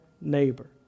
neighbor